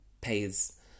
pays